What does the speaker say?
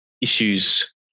issues